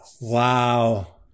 Wow